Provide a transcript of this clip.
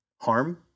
harm